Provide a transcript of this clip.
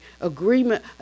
Agreement